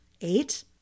Eight